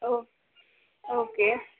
ஓ okay